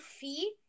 fee